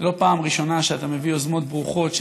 לא פעם ראשונה שאתה מביא יוזמות ברוכות,